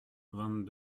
vingt